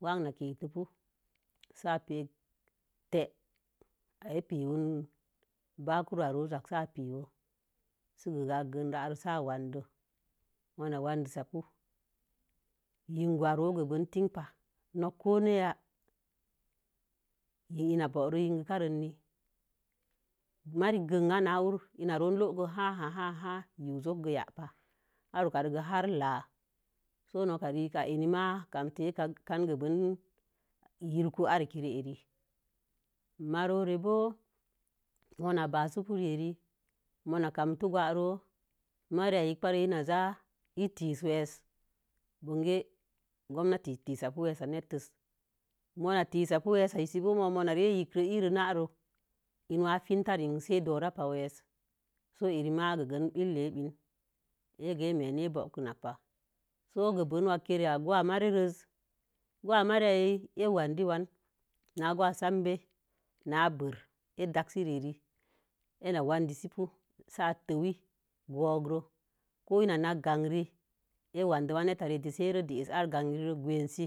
Wa'ak na getopu, sia'a pekikei a e’ piwing bakuro rezarse sə piwo'u bakuru a’ rzasə sə i ga a gan rairo sə i wande'u. mo̱o̱ wadenzapu, yinu kuwa rə tin pa. Nok ko ne ya yihi ina wurlo yinkirə ni marrii ganya na wuhur. Ina ru'u bo̱o̱lo hahar ha yin jogo'o ya pa sa'am har wuka'ro har la'a. Se nok riyik a lnima kam gəge bin kan yirku har kiru. marore mo̱o̱-mo̱o̱ na ba suko reherir mona na kamtu gwa'a ro marii yink ro i na za'a i tiisə weesə. Bon ke gonnati tisabu weesə natəsi mona tisabu wessə i sə bo̱o̱. mo̱o̱ ma re’ yikkuro bo̱o̱ iro hanro in wa finkiwa rein sə doraba weesə. So i rema billenin ayen kə a'am na a'ah go̱o̱ kunaz pa'a. So pebin wake'i go̱wa marriiz go̱wa-marrie ə a wandi wan na go̱wa sabe na per'a a dasi re'arih e’ na wandi si bo̱o̱ si a'a ta'uwi go̱o̱ro si a'a tewi ko na nakə ganri i wandewan neta re'ati si a'a re si a dəsia arin ka ri ro gwansi